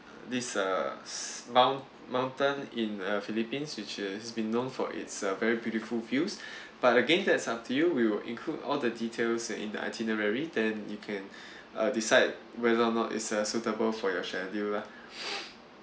this uh s~ mount~ mountain in uh philippines which has been known for its uh very beautiful views but again that's up to you we will include all the details and in the itinerary then you can uh decide whether or not it's uh suitable for your schedule lah